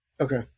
Okay